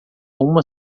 uma